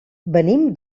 venim